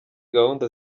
gahunda